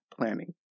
planning